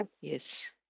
Yes